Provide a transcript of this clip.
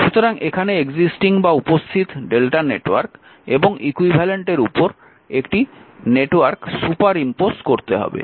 সুতরাং এখানে উপস্থিত Δ নেটওয়ার্ক এবং ইকুইভ্যালেন্টের উপর একটি নেটওয়ার্ক সুপার ইম্পোজ করতে হবে